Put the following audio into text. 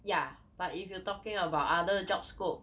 ya but if you talking about other job scope